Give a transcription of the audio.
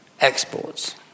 exports